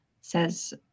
says